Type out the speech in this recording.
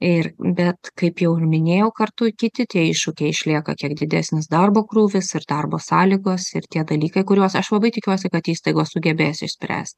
ir bet kaip jau ir minėjau kartu kiti tie iššūkiai išlieka kiek didesnis darbo krūvis ir darbo sąlygos ir tie dalykai kuriuos aš labai tikiuosi kad įstaigos sugebės išspręst